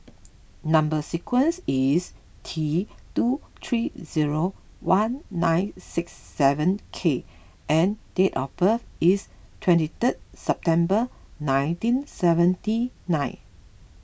Number Sequence is T two three zero one nine six seven K and date of birth is twenty third September nineteen seventy nine